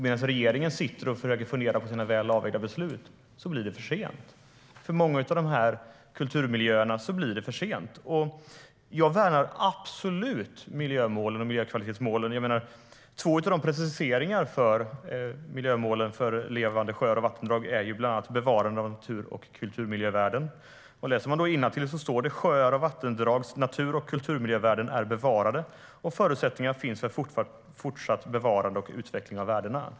Medan regeringen sitter och funderar på sina väl avvägda beslut blir det för sent. För många av de här kulturmiljöerna blir det för sent. Jag värnar absolut miljömålen och miljökvalitetsmålen. Preciseringarna för miljömålen för levande sjöar och vattendrag handlar bland annat om bevarande av natur och kulturmiljövärden. Man kan läsa innantill. Det står: Sjöar och vattendrags natur och kulturmiljövärden är bevarade, och förutsättningar finns för fortsatt bevarande och utveckling av värdena.